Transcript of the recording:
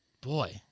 boy